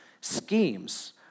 schemes